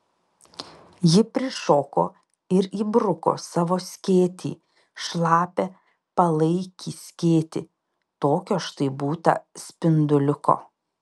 ji prišoko ir įbruko savo skėtį šlapią palaikį skėtį tokio štai būta spinduliuko